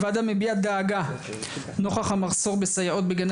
הוועדה מביעה דאגה נוכח המחסור בסייעות בגני